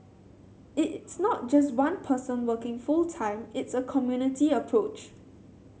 it's not just one person working full time it's a community approach